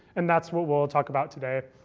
and that's what we'll we'll talk about today.